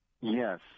Yes